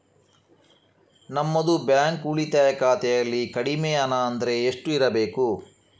ನಮ್ಮದು ಬ್ಯಾಂಕ್ ಉಳಿತಾಯ ಖಾತೆಯಲ್ಲಿ ಕಡಿಮೆ ಹಣ ಅಂದ್ರೆ ಎಷ್ಟು ಇರಬೇಕು?